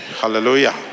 hallelujah